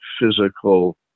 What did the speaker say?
physical